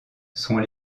sont